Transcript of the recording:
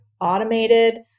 automated